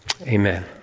Amen